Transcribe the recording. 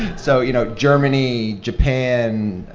so, you know, germany, japan,